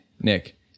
Nick